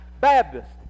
Baptist